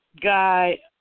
guy